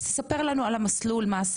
ספר לנו מה עשיתם,